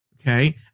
okay